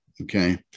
okay